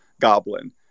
goblin